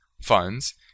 funds